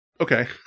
Okay